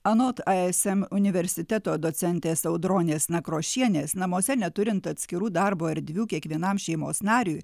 anot ism universiteto docentės audronės nakrošienės namuose neturint atskirų darbo erdvių kiekvienam šeimos nariui